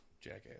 jackass